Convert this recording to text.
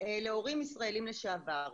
להורים ישראלים לשעבר.